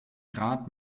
grad